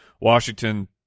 Washington